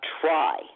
try